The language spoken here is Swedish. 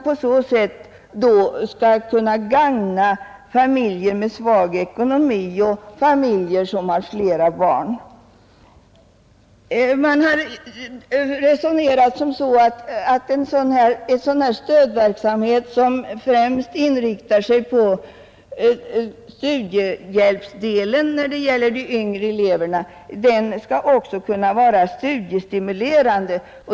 På så sätt har vi ansett att familjer med svag ekonomi och familjer med flera barn gagnas bäst. Vi har resonerat som så att en stödverksamhet som främst inriktar sig på studiehjälpsdelen när det gäller yngre elever också skall kunna vara studiestimulerande.